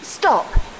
Stop